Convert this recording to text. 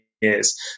years